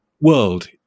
world